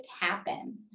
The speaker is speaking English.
happen